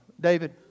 David